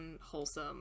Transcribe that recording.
wholesome